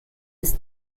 ist